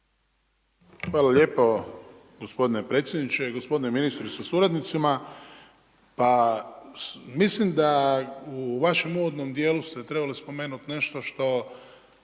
Hvala lijepo gospodine predsjedniče, gospodine ministre sa suradnicima, pa mislim da u vašem uvodnom dijelu ste trebali spomenuti nešto što